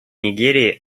нигерии